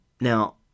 Now